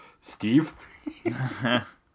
Steve